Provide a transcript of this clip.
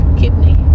kidney